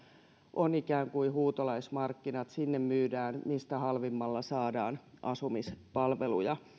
on ikään kuin huutolaismarkkinat sinne myydään mistä halvimmalla saadaan asumispalveluja